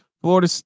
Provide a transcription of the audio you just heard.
Florida